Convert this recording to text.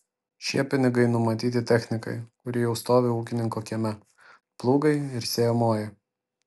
šie pinigai numatyti technikai kuri jau stovi ūkininko kieme plūgai ir sėjamoji